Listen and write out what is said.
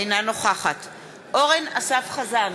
אינה נוכחת אורן אסף חזן,